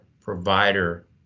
provider